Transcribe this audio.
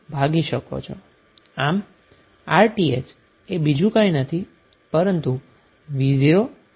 આમ Rth એ બીજું કંઈ નથી પરંતુ v0 i0 છે